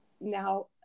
Now